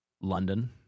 London